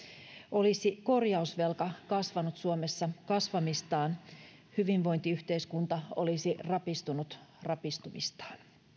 olisi korjausvelka kasvanut suomessa kasvamistaan hyvinvointiyhteiskunta olisi rapistunut rapistumistaan